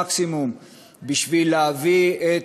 בשביל להביא את